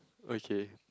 okay